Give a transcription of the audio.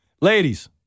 Ladies